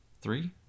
three